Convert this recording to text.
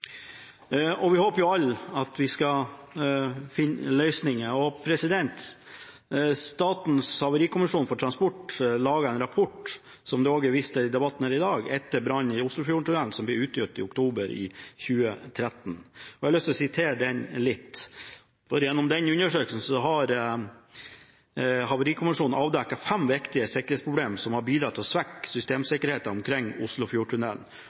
Vi håper alle at vi skal finne løsninger. Statens havarikommisjon for transport laget en rapport, som det også er vist til i debatten her i dag, etter brannen i Oslofjordtunnelen, som ble avgitt i oktober 2013. Gjennom denne undersøkelsen har Havarikommisjonen avdekket fem viktige sikkerhetsproblemer som har bidratt til å svekke systemsikkerheten omkring Oslofjordtunnelen, og som medførte at trafikanter ble fanget i røyken – og jeg har lyst til å